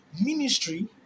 Ministry